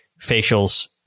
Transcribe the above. facials